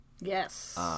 Yes